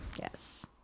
Yes